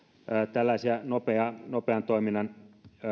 tällaisissa nopean toiminnan